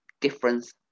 difference